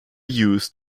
used